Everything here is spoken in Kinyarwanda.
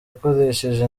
akoresheje